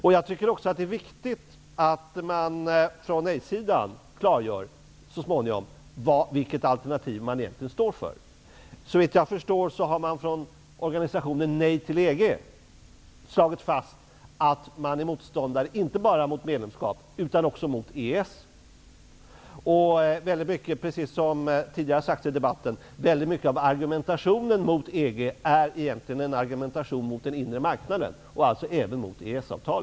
Det är också viktigt att man från nejsidan så småningom klargör vilket alternativ som man egentligen står för. Såvitt jag förstår har organisationen Nej till EG slagit fast att man inte bara är motståndare till EG-medlemskap utan också till EES. Mycket av argumentationen mot EG är egentligen en argumentation mot den inre marknaden, alltså även mot EES-avtalet.